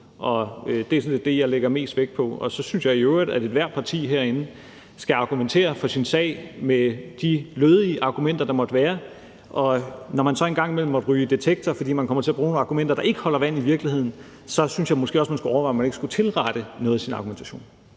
Det er det, jeg lægger mest vægt på. Og så synes jeg i øvrigt, at ethvert parti herinde skal argumentere for sin sag med de lødige argumenter, der måtte være. Og når man så en gang imellem måtte ryge i »Detektor«, fordi man kommer til at bruge nogle argumenter, der ikke holder vand i virkeligheden, synes jeg måske også, at man skulle overveje, om man ikke skulle tilrette noget af sin argumentation.